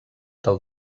del